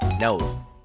no